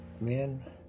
Men